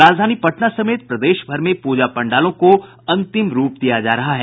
राजधानी पटना समेत प्रदेश भर में पूजा पंडालों को अंतिम रूप दिया जा रहा है